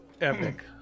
epic